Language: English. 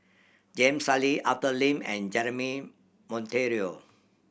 Jam Sali Arthur Lim and Jeremy Monteiro